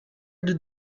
did